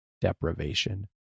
deprivation